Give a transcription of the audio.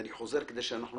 זה קיים בכל מקרה.